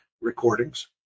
recordings